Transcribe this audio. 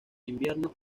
invierno